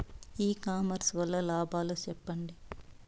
ఇ commerce వల్ల లాభాలు సెప్పండి?